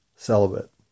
Celibate